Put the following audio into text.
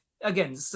Again